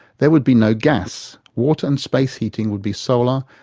there would be no gas. water and space heating would be solar,